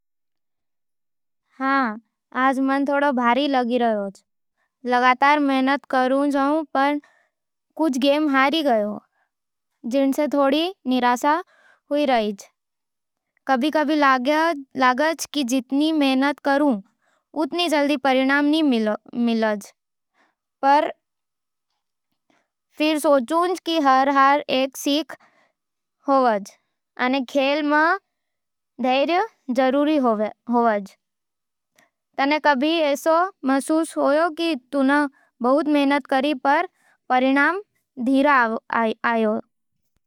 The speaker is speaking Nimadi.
हाँ, आज मन थोड़ो भारी लाग रायोज़। लगातार मेहनत करूं, पर कुछ गेम हार गयो, जिणसै थोड़ो निराशा हो रही। कभी-कभी लागे कि जितनी मेहनत करूं, उतनी जल्दी परिणाम नईं मिलवे। पर फेर सोचूं कि हर हार एक सीख होवे अने खेल में धैर्य जरूरी होवे। तने कभी एेसो महसूस होयो कि तुंय बहुत मेहनत कर, पर परिणाम धीरे आयु।